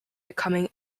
becoming